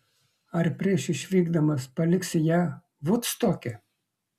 ar prieš išvykdamas paliksi ją vudstoke